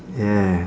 yeah